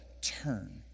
turn